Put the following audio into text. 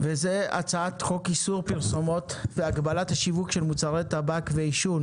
הצעת חוק איסור פרסומת והגבלת השיווק של מוצרי טבק ועישון